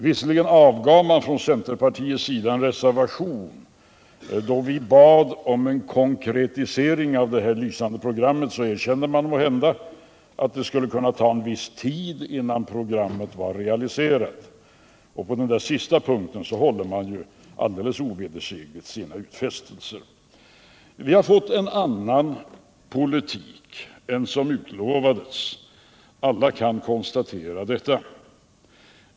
Visserligen avgav man från centerpartiets sida en reservation: då vi bad om en konkretisering av det lysande programmet erkände man att det måhända skulle kunna ta viss tid innan programmet var realiserat. På den sista punkten håller man alldeles ovedersägligt sina utfästelser. Vi har fått en annan politik än den som utlovades. Alla kan konstatera detta.